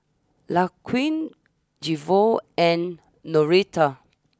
Laquan Jevon and Noretta